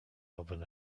album